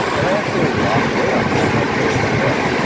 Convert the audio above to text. and i actually lost weight on that, and i put it in the book.